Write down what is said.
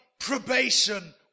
Probation